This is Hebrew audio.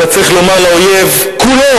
אלא צריך לומר לאויב כולו,